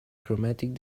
chromatic